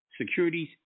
securities